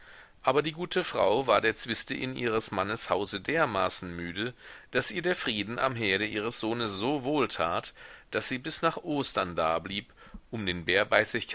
aber die gute frau war der zwiste in ihres mannes hause dermaßen müde daß ihr der frieden am herde ihres sohnes so wohltat daß sie bis nach ostern dablieb um den